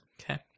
Okay